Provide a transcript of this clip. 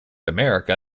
america